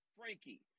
Frankie